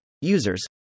Users